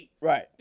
right